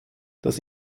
das